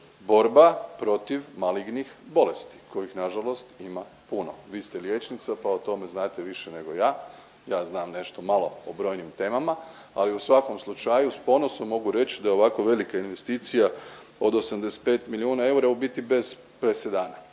borba protiv malignih bolesti kojih na žalost ima puno. Vi ste liječnica pa o tome znate više nego ja. Ja znam nešto malo o brojnim temama, ali u svakom slučaju s ponosom mogu reći da je ovako velika investicija od 85 milijuna eura u biti bez presedana.